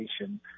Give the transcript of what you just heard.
education